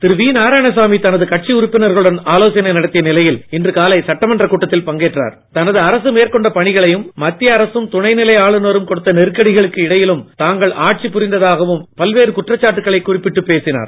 திரு V Narayanasamy தனது கட்சி உறுப்பினர்களுடன் ஆலோசனை நடத்திய நிலையில் சட்டமன்றத்தில் தனது அரசு மேற்கொண்ட பணிகளையும் மத்திய அரசும் துணை நிலை ஆளுநரும் கொடுத்த நெருக்கடிகளுக்கு இடையிலும் தாங்கள் ஆட்சி புரிந்ததாகவும் பல்வேறு குற்றச்சாட்டுக்களை குறிப்பிட்டு பேசினார்